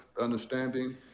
understanding